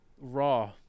Raw